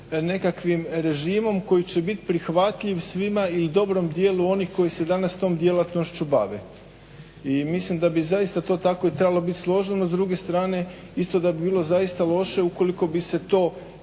nekakvim režimom koji će bit prihvatljiv svima ili dobrom dijelu onih koji se danas tom djelatnošću bave. I mislim da bi zaista to tako i trebalo biti složeno, s druge strane isto da bi bilo zaista loše ukoliko bi se to